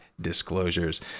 disclosures